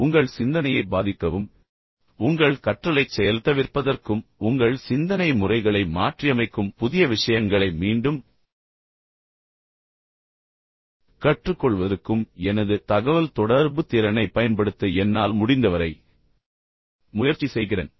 எனவே உங்கள் சிந்தனையை பாதிக்கவும் உங்கள் கற்றலைச் செயல்தவிர்ப்பதற்கும் உங்கள் சிந்தனை முறைகளை மாற்றியமைக்கும் புதிய விஷயங்களை மீண்டும் கற்றுக்கொள்வதற்கும் எனது தகவல் தொடர்புத் திறனைப் பயன்படுத்த என்னால் முடிந்தவரை முயற்சி செய்கிறேன்